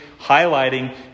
highlighting